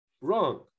wrong